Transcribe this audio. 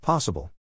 Possible